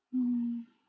mm